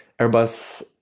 Airbus